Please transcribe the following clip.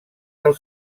del